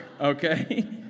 okay